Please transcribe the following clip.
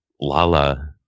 Lala